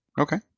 Okay